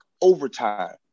overtime